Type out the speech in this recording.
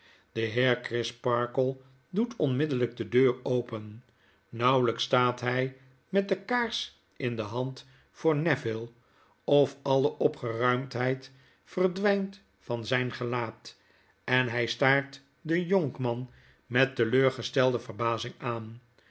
de heer crisparkle doet onmiddellyk de deur open nauwelyks staat hy met de kaars inde hand voor neville of alle opgeruimdheid verdwynt van zyn gelaat en hij staart den jonkman met teleurgestelde verbazing aan